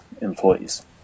employees